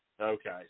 okay